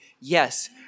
yes